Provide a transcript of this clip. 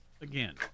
again